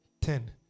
ten